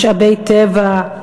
משאבי טבע,